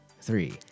three